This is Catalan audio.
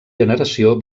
generació